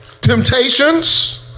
temptations